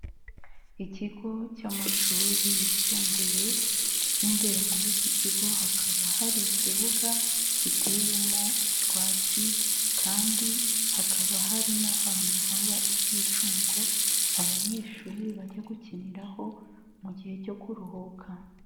Ikigo cy'amashuri yisumbuye mo imbere muri iki kigo hakaba hari ikibuga giteyemo utwatsi kandi hakaba hari n'ahantu haba ibyicungo abanyeshuri bajya gukiniraho mu gihe cyo kuruhuka.